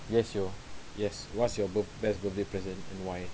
yes your yes what's your birth~ best birthday present and why